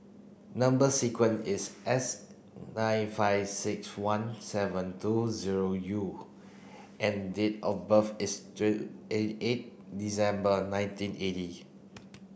number sequence is S nine five six one seven two zero U and date of birth is eight December nineteen eighty